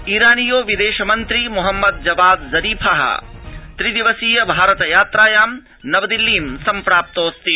ईरानीयो विदेशमन्त्री Mohammad Javad Zarif त्रि दिवसीय भारत यात्रायाम् अद्य नवदिल्लीं सम्प्राप्तोऽस्ति